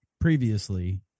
previously